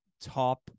top